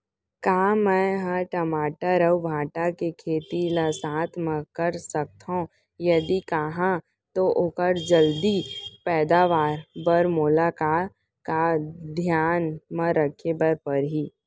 का मै ह टमाटर अऊ भांटा के खेती ला साथ मा कर सकथो, यदि कहाँ तो ओखर जलदी पैदावार बर मोला का का धियान मा रखे बर परही?